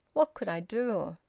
what could i do?